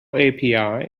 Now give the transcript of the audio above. api